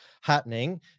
happening